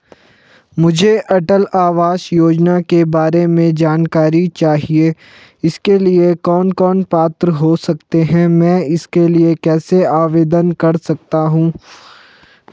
मुझे अटल आवास योजना के बारे में जानकारी चाहिए इसके लिए कौन कौन पात्र हो सकते हैं मैं इसके लिए कैसे आवेदन कर सकता हूँ?